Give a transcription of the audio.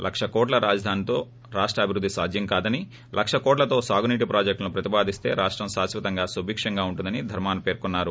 లక్ష కోట్ల రాజధానితో రాష్ట అభివృద్ధి సాధ్యం కాదని లక కోట్లతో సాగునీటి ప్రాజెక్టులు ప్రతిపాదిస్తే రాష్టం శాశ్వతంగా సుభిష్టంగా ఉంటుందని ధర్మాన పేర్కొన్నారు